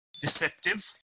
deceptive